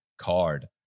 Card